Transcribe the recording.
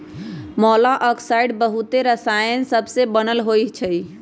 मोलॉक्साइड्स बहुते रसायन सबसे बनल होइ छइ